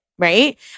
right